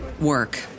work